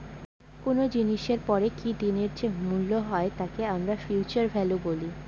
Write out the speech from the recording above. কোনো জিনিসের পরে কি দিনের যে মূল্য হয় তাকে আমরা ফিউচার ভ্যালু বলি